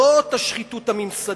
זאת השחיתות הממסדית.